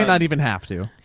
and even have to.